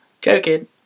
Joking